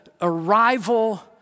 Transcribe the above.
arrival